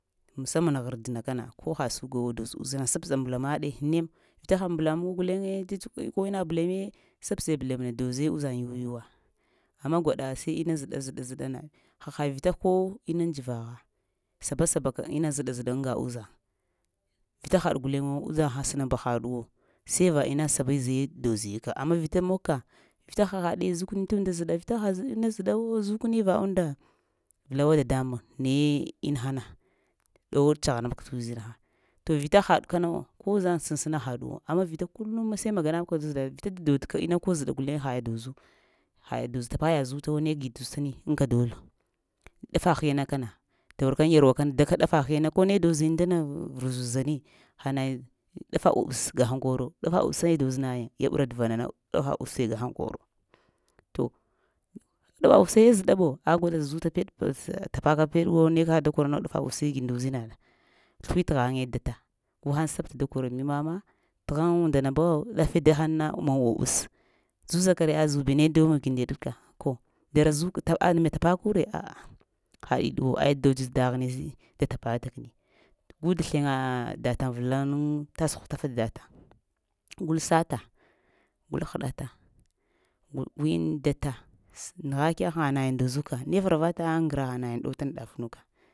Musamman ghardna ko haɗ sugawo dos uzinha sapsə mbəlamaɗe nem, vita ha mbəlamuwo guleŋe tətsukwi ko inna bəleme səpsi bəlemna doze uzaŋya yuw-yuwa amma gwaɗa sai ma zəɗa-zəɗana haha vita ko inaŋ dzəvagha saba-sabaka ina zəɗa-zəɗa aŋga uzaŋ, vita haɗ guleŋwo uzay ha sənab haɗuwo sai vaa ina sabai zee daozi ka amma vita mogka vita hahaɗe zukani tunda, vita ha inna zəɗawo zukəni va unnda vəlawa dada-mbuŋ naye inahana ɗow tsaghanabka tə uzinha to vita haɗi kanawo, uzaŋ səsəna haɗuwo amma vita kuluma sai maganaka zəɗa vita dodka inna ko zəda guleŋ hai dozu hai dozu tapa yaɗ zutu negi doz tani aŋka dozlo, dafa hiyana kana tawar aŋ yarwa kəna daka dafa hiyana ko ne doziyiŋ təna vuruzaani ha nayiŋ dafa uɓəs gahaŋ koro, ɗafa ubese doz nayiye, yabera dəva mama, ɗafa ubəse gahaŋ koro, to dawa uɓəse zəɗa ɓo a gwada zuta sa tapaka peɗwo ne kak da korna ɗafa ubəse nda uzinaɗa, sləwitghaye data, guhəŋ səpta dakor mama, təghən unndana buwo ɗafe dahəŋna may ubəs, zuza kare? A'h zubiwu ne da mogi deɗka, ko dara. ah tapa kure a'a haɗiwo aya dodz daghini da tapata kəni gu dasləŋa dataŋ vəla nuŋa tass hutafa't dataŋ gul sata, gul hə ɗata, gui yiŋ data sə nəgha kegh həŋ, hayiŋ dozu ka ne farata aŋgra ha nayiŋ ɗow tana daf nuka.